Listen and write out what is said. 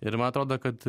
ir man atrodo kad